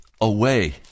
away